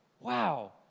wow